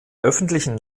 öffentlichen